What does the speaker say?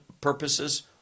purposes